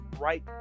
right